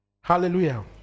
hallelujah